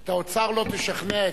את האוצר לא תשכנע.